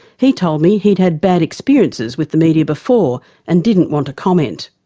he told me he'd had bad experiences with the media before and didn't want to comment.